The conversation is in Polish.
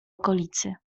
okolicy